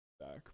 back